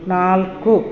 ನಾಲ್ಕು